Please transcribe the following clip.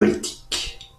politique